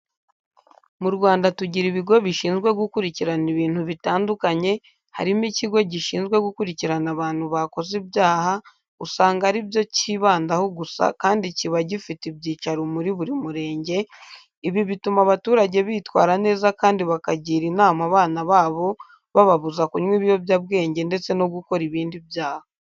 Mu Rwanda tugira ibigo bishinzwe gukurikirana ibintu bitandukanye: harimo ikigo gishinzwe gukurikirana abantu bakoze ibyaha, usanga ari byo cyibandaho gusa kandi kiba gifite ibyicaro muri buri murenge, ibi bituma abaturage bitwara neza kandi bakagira inama abana babo bababuza kunywa ibiyobyabwenge ndetse no gukora ibindi byaha.